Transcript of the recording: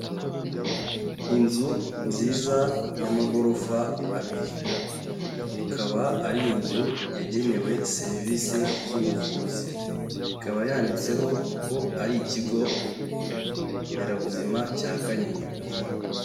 Inzu nziza y'amagorofa abiri. Ikaba ari inzu yagenewe serivisi z'ubuvuzi. Ikaba yanditseho ko ari Ikigo Nderabuzima cya Kanyinya.